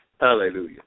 Hallelujah